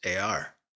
AR